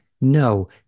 no